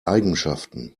eigenschaften